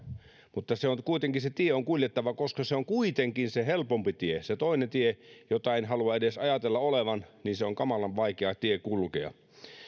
mutta kuitenkin se tie on kuljettava koska se on kuitenkin se helpompi tie se toinen tie jota en halua edes ajatella olevan on kamalan vaikea tie kulkea